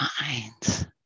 minds